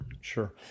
sure